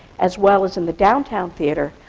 as well as in the downtown theatre,